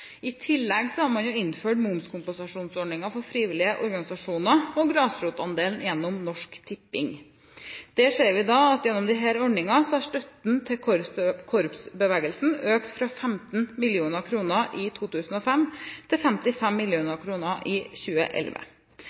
I tillegg har man innført momskompensasjonsordningen for frivillige organisasjoner og Grasrotandelen gjennom Norsk Tipping. Vi ser at gjennom disse ordningene har støtten til korpsbevegelsen økt fra 15 mill. kr i 2005 til 55 mill. kr i 2011.